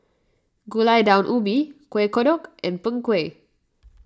Gulai Daun Ubi Kuih Kodok and Png Kueh